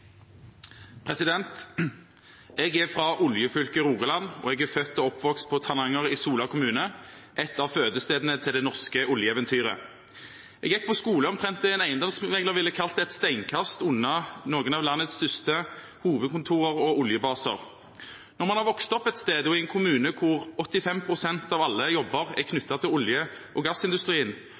født og oppvokst på Tananger i Sola kommune, et av fødestedene til det norske oljeeventyret. Jeg gikk på skole omtrent det en eiendomsmegler ville kalt et steinkast unna noen av landets største hovedkontorer og oljebaser. Når man har vokst opp et sted og i en kommune der 85 pst. av alle jobber er knyttet til olje- og gassindustrien,